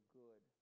good